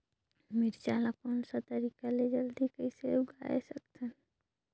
मिरचा ला कोन सा तरीका ले जल्दी कइसे उगाय सकथन?